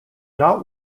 not